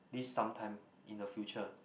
this sometime in the future